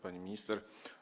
Pani Minister!